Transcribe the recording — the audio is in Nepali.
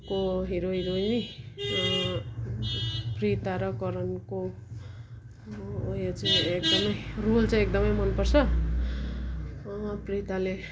को हिरो हिरोइन प्रिता र करणको उयो चाहिँ एकदमै रोल चाहिँ एकदमै मनपर्छ प्रिताले